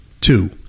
Two